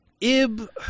Ib